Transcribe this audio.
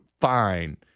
fine